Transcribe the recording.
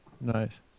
Nice